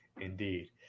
indeed